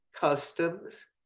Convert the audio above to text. customs